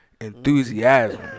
enthusiasm